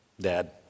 Dad